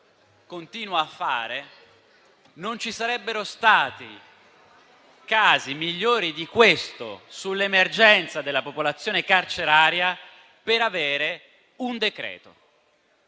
continua a fare non ci sarebbero stati casi migliori di questo sull'emergenza della popolazione carceraria per avere un decreto-legge.